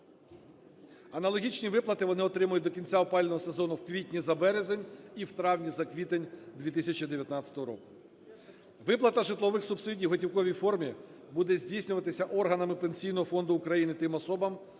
Аналогічні виплати вони отримають до кінця опалювального сезону: в квітні – за березень і в травні – за квітень 2019 року. Виплата житлових субсидій в готівковій формі буде здійснюватися органами Пенсійного фонду України тим особам,